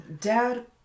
Dad